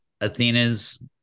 Athena's